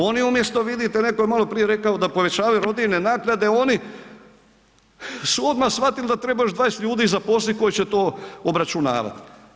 Oni umjesto vidite, neko je maloprije rekao da povećavaju rodiljne naknade, oni su odmah shvatili da treba još 20 ljudi zaposliti koji će to obračunavati.